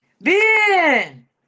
Ben